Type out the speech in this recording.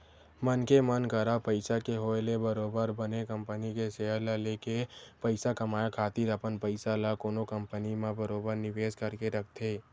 मनखे मन करा पइसा के होय ले बरोबर बने कंपनी के सेयर ल लेके पइसा कमाए खातिर अपन पइसा ल कोनो कंपनी म बरोबर निवेस करके रखथे